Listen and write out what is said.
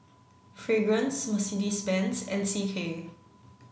Fragrance Mercedes Benz and C K